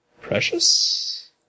precious